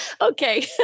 Okay